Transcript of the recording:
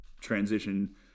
transition